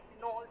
knows